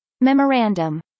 Memorandum